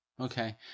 Okay